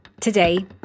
Today